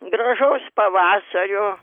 gražaus pavasario